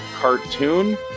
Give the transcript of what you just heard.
cartoon